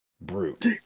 brute